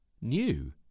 new